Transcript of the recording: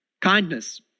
Kindness